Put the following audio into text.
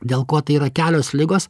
dėl ko tai yra kelios ligos